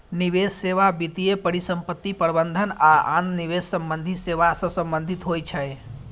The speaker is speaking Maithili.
निवेश सेवा वित्तीय परिसंपत्ति प्रबंधन आ आन निवेश संबंधी सेवा सं संबंधित होइ छै